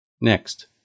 Next